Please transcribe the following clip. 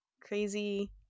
crazy